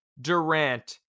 Durant